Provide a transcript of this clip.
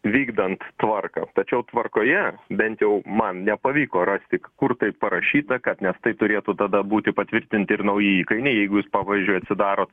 vykdant tvarką tačiau tvarkoje bent jau man nepavyko rasti k kur taip parašyta kad nes tai turėtų tada būti patvirtinti ir nauji įkainiai jeigu jūs pavyzdžiui atsidarot